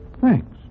Thanks